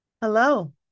hello